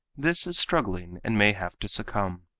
this is struggling and may have to succumb.